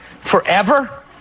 forever